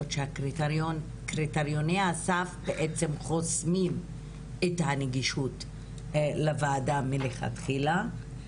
שקריטריוני הסף חוסמים את הנגישות לוועדה מלכתחילה.